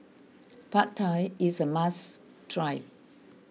Pad Thai is a must try